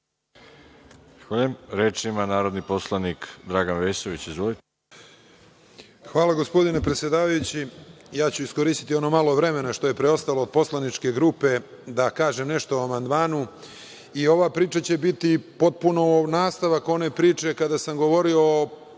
Hvala, gospodine predsedavajući. Iskoristiću ono malo vremena što je preostalo od poslaničke grupe da kažem nešto o amandmanu i ova priča će biti potpuno nastavak one priče kada sam govorio o